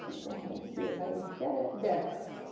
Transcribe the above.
to go ahead and see if i get it. there it goes!